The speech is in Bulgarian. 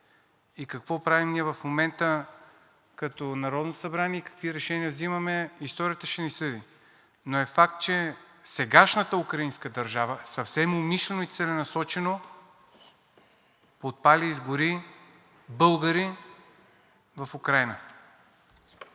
И какво правим ние в момента като Народно събрание и какви решения взимаме – историята ще ни съди. Но е факт, че сегашната украинска държава съвсем умишлено и целенасочено подпали и изгори българи в Украйна.